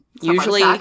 Usually